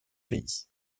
pays